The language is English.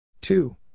two